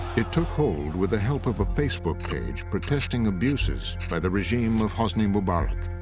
it took hold with the help of a facebook page protesting abuses by the regime of hosni mubarak.